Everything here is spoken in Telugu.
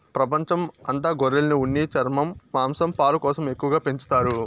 ప్రపంచం అంత గొర్రెలను ఉన్ని, చర్మం, మాంసం, పాలు కోసం ఎక్కువగా పెంచుతారు